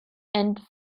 and